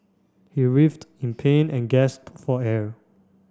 he writhed in pain and gasped for air